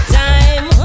time